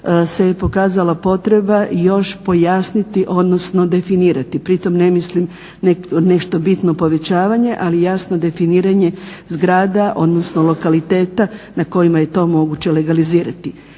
se je pokazala potreba još pojasniti, odnosno definirati. Pritom ne mislim nešto bitno povećavanje, ali jasno definiranje zgrada, odnosno lokaliteta na kojima je to moguće legalizirati.